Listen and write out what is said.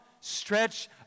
stretch